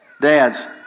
Dads